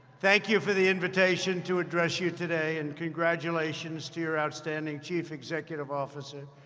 thank you for the invitation to address you today, and congratulations to your outstanding chief executive officer,